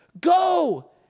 go